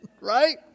Right